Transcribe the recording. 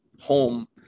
home